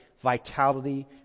vitality